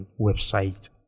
website